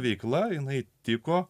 veikla jinai tiko